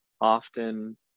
often